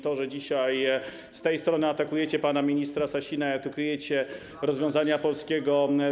To, że dzisiaj z tej strony atakujecie pana ministra Sasina, krytykujecie rozwiązania polskiego rządu.